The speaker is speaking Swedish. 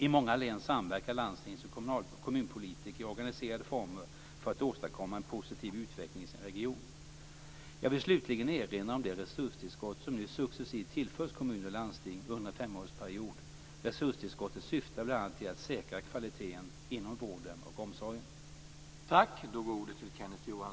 I många län samverkar landstings och kommunpolitiker i organiserade former för att åstadkomma en positiv utveckling för sin region. Jag vill slutligen erinra om det resurstillskott som nu successivt tillförs kommuner och landsting under en femårsperiod. Resurstillskottet syftar bl.a. till att säkra kvaliteten inom vården och omsorgen.